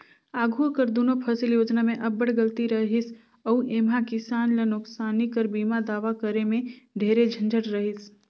आघु कर दुनो फसिल योजना में अब्बड़ गलती रहिस अउ एम्हां किसान ल नोसकानी कर बीमा दावा करे में ढेरे झंझट रहिस